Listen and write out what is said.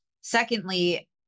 secondly